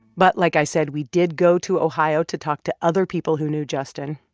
but like i said, we did go to ohio to talk to other people who knew justin.